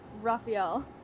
Raphael